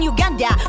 Uganda